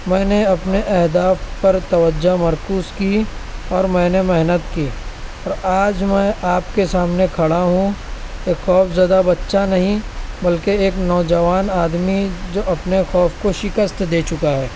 میں نے اپنے اہداف پر توجہ مرکوز کی اور میں نے محنت کی تو آج میں آپ کے سامنے کھڑا ہوں ایک خوفزدہ بچہ نہیں بلکہ ایک نوجوان آدمی جو اپنے خوف کو شکست دے چکا ہے